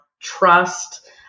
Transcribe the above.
trust